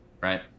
right